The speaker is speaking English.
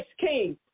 king